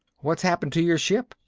what's happened to your ship?